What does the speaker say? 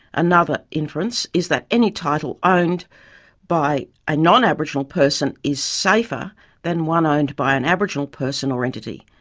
another inference is that any title owned by an non-aboriginal person is safer than one owned by an aboriginal person or entity.